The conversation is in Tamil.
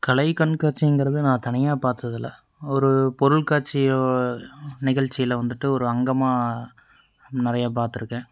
கலை கண்காட்சிங்கிறது நான் தனியாக பார்த்ததில்ல ஒரு பொருள்காட்சி நிகழ்ச்சியில் வந்துவிட்டு ஒரு அங்கமாக நிறைய பாத்திருக்கேன்